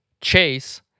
Chase